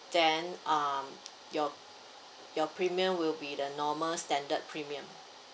then um your your premium will be the normal standard premium